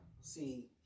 see